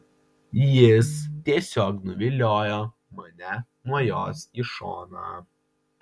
jis tiesiog nuviliojo mane nuo jos į šoną